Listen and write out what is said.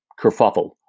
kerfuffle